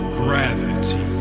gravity